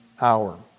hour